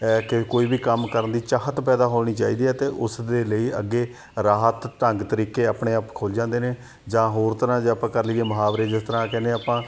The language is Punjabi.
ਕ ਕੋਈ ਵੀ ਕੰਮ ਕਰਨ ਦੀ ਚਾਹਤ ਪੈਦਾ ਹੋਣੀ ਚਾਹੀਦੀ ਹੈ ਤਾਂ ਉਸ ਦੇ ਲਈ ਅੱਗੇ ਰਾਹਤ ਢੰਗ ਤਰੀਕੇ ਆਪਣੇ ਆਪ ਖੁੱਲ੍ਹ ਜਾਂਦੇ ਨੇ ਜਾਂ ਹੋਰ ਤਰ੍ਹਾਂ ਜੇ ਆਪਾਂ ਕਰ ਲਈਏ ਮੁਹਾਵਰੇ ਜਿਸ ਤਰ੍ਹਾਂ ਕਹਿੰਦੇ ਆਪਾਂ